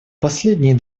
последние